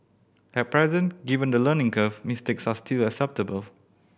at present given the learning curve mistakes are still acceptable